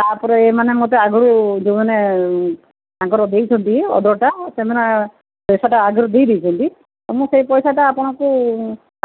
ତାପରେ ଏମାନେ ମୋତେ ଆଗରୁ ଯୋଉମାନେ ତାଙ୍କର ଦେଇଚନ୍ତି ଅର୍ଡର୍ଟା ସେମାନେ ପଇସାଟା ଆଗରୁ ଦେଇଦେଇଛନ୍ତି ତ ମୁଁ ସେଇ ପଇସାଟା ଆପଣଙ୍କୁ